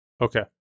Okay